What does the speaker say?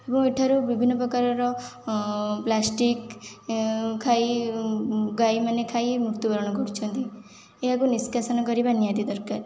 ଏବଂ ଏଠାରୁ ବିଭିନ୍ନ ପ୍ରକାରର ପ୍ଲାଷ୍ଟିକ ଖାଇ ଗାଈମାନେ ଖାଇ ମୃତ୍ୟୁବରଣ କରୁଛନ୍ତି ଏହାକୁ ନିଷ୍କାସନ କରିବା ନିହାତି ଦରକାର